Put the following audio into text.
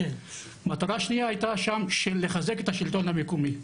המטרה השנייה הייתה לחזק את השלטון המקומי,